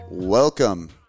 Welcome